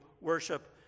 worship